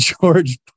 George